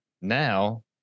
now